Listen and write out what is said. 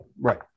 right